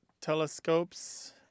telescopes